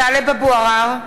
טלב אבו עראר,